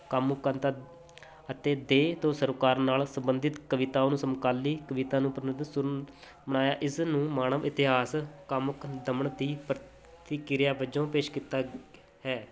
ਕੰਮ ਅਤੇ ਦੇਹ ਤੋਂ ਸਰੋਕਾਰ ਨਾਲ ਸੰਬੰਧਿਤ ਕਵਿਤਾ ਨੂੰ ਸਮਕਾਲੀ ਕਵਿਤਾ ਨੂੰ ਬਣਾਇਆ ਇਸ ਨੂੰ ਮਾਨਵ ਇਤਿਹਾਸ ਦੀ ਪ੍ਰਤੀਕਿਰਿਆ ਵੱਜੋਂ ਪੇਸ਼ ਕੀਤਾ ਹੈ